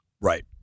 Right